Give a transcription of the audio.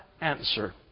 answer